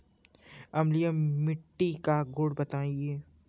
अम्लीय मिट्टी का गुण बताइये